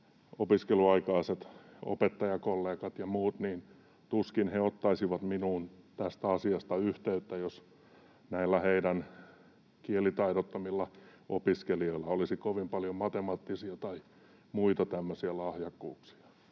opiskeluaikaiset opettajakollegat ja muut tuskin ottaisivat minuun tästä asiasta yhteyttä, jos näillä heidän kielitaidottomilla opiskelijoillaan olisi kovin paljon matemaattisia tai muita tämmöisiä lahjakkuuksia.